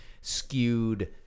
skewed